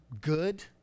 good